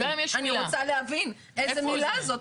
אני רוצה להבין איזו מילה זו.